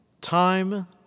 time